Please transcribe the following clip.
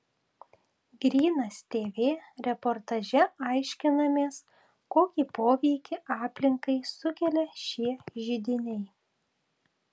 grynas tv reportaže aiškinamės kokį poveikį aplinkai sukelia šie židiniai